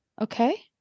Okay